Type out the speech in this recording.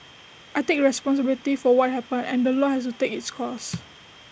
I take responsibility for what happened and the law has to take its course